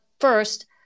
first